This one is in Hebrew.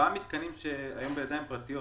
ארבעת המתקנים שבידיים פרטיות,